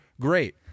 great